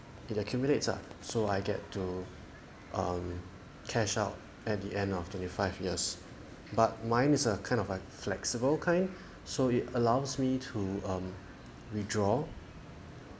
it accumulates ah so I get to um cash out at the end of twenty five years but mine is a kind of a flexible kind so it allows me to um withdraw